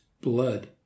blood